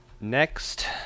next